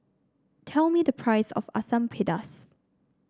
tell me the price of Asam Pedas